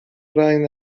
رنگ